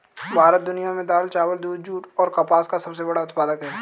भारत दुनिया में दाल, चावल, दूध, जूट और कपास का सबसे बड़ा उत्पादक है